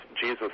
Jesus